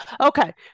Okay